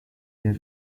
their